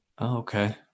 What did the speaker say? okay